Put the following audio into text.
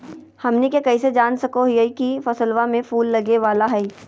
हमनी कइसे जान सको हीयइ की फसलबा में फूल लगे वाला हइ?